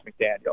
McDaniel